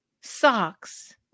socks